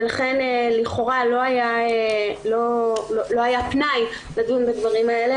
ולכן לכאורה לא היה פנאי לדון בדברים האלה,